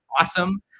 awesome